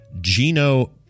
Gino